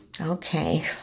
Okay